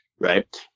Right